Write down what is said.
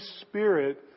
Spirit